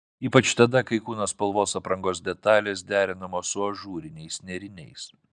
ypač tada kai kūno spalvos aprangos detalės derinamos su ažūriniais nėriniais